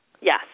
Yes